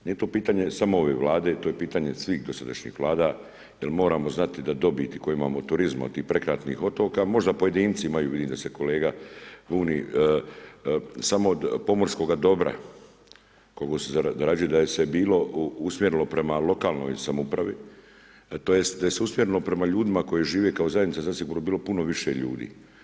Nije to pitanje samo ove Vlade, to je pitanje svih dosadašnjih Vlada jer moramo znati da dobit koju imamo od turizma od tih prekrasnih otoka, možda pojedinci imaju, vidim da se kolega buni, samo od pomorskoga dobra, koliko se zarađuje, da se bilo usmjerilo prema lokalnoj samoupravi, tj. da se usmjerilo prema ljudima koji žive kao zajednica zasigurno bi bilo puno više ljudi.